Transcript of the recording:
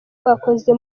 bakoze